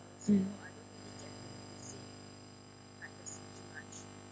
mm